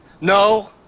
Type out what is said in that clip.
No